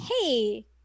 hey